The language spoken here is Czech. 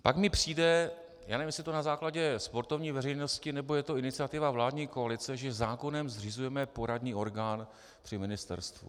Pak mi přijde, nevím, jestli je to na základě sportovní veřejnosti, nebo je to iniciativa vládní koalice, že zákonem zřizujeme poradní orgán při ministerstvu.